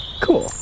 cool